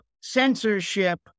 Censorship